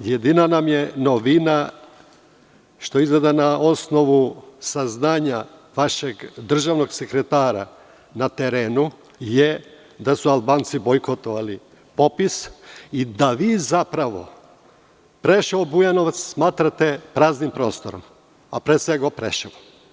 jedina nam je novina što izgleda na osnovu saznanja vašeg državnog sekretara na terenu je da su Albanci bojkotovali popis i da vi zapravo Preševo i Bujanovac smatrate praznim prostorom, a pre svega Preševo.